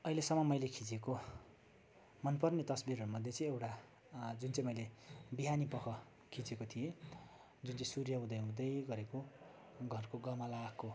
अहिलेसम्म मैले खिँचेको मन पर्ने तस्विरहरू मध्ये चाहिँ एउटा जुन चाहिँ मैले बिहानीपख खिँचेको थिएँ जुन चाहिँ सूर्य उदय हुँदै गरेको घरको गमलाको